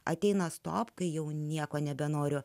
ateina stop kai jau nieko nebenoriu